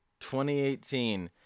2018